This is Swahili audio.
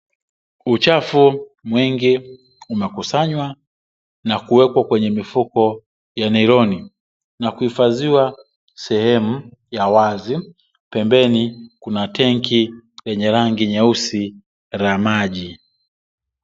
Uchafu mwingi umekusanywa na kuwekwa kwenye mifuko ya nailoni, na kuhifadhiwa sehemu ya wazi pembeni kuna tenki yenye rangi nyeusi la maji.